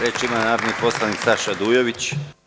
Reč ima narodni poslanik Saša Dujović.